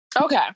Okay